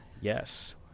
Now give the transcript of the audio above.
Yes